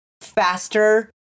faster